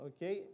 Okay